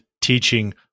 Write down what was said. teaching